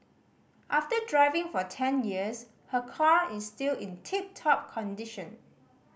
after driving for ten years her car is still in tip top condition